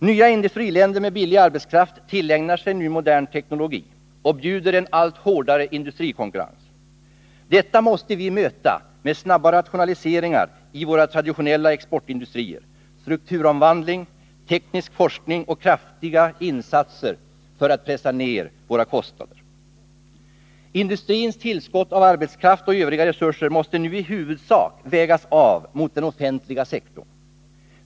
Nya industriländer med billig arbetskraft tillägnar sig nu modern teknologi och bjuder allt hårdare industrikonkurrens. Detta måste vi möta med snabba rationaliseringar i våra traditionella exportindustrier, strukturomvandling, teknisk forskning och kraftiga insatser för att pressa ner våra kostnader. Industrins tillskott av arbetskraft och övriga resurser måste nu i huvudsak vägas av mot den offentliga sektorn.